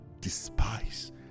despise